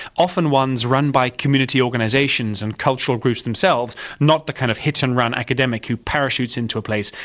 often ones run by committee organisations and cultural groups themselves, not the kind of hit-and-run academic who parachutes into place,